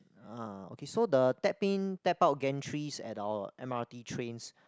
ah okay so the tap in tap out gantries at our M_R_T trains